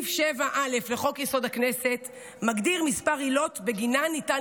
סעיף 7 לחוק-יסוד: הכנסת מגדיר כמה עילות שבגינן ניתן